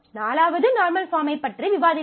4வது நார்மல் பாஃர்மைப் பற்றி விவாதித்தோம்